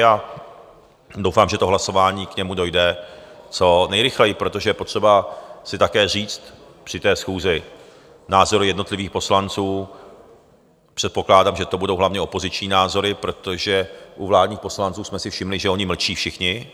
A doufám, že k tomu hlasování dojde co nejrychleji, protože je potřeba si také říct při té schůzi názory jednotlivých poslanců, předpokládám, že to budou hlavně opoziční názory, protože u vládních poslanců jsme si všimli, že oni mlčí všichni.